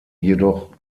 jedoch